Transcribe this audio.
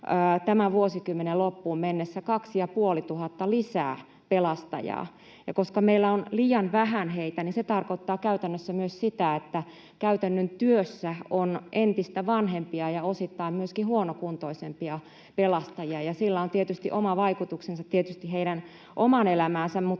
tämän vuosikymmenen loppuun mennessä 2 500 pelastajaa lisää. Ja koska meillä on liian vähän heitä, niin se tarkoittaa käytännössä myös sitä, että käytännön työssä on entistä vanhempia ja osittain myöskin huonokuntoisempia pelastajia, ja sillä on oma vaikutuksensa tietysti heidän omaan elämäänsä mutta